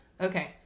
Okay